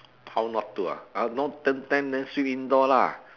how not to ah no tan tan then sleep indoor lah